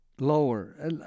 lower